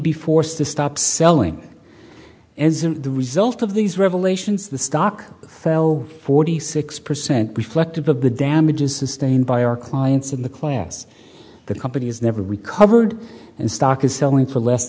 be forced to stop selling as a result of these revelations the stock fell forty six percent be flecked above the damages sustained by our clients in the class the company has never recovered and stock is selling for less